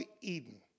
Eden